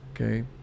Okay